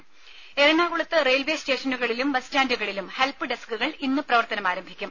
രേര എറണാകുളത്ത് റെയിൽവേ സ്റ്റേഷനുകളിലും ബസ് സ്റ്റാൻഡുകളിലും ഹെൽപ് ഡെസ്ക്കുകൾ ഇന്ന് പ്രവർത്തനമാരംഭിക്കും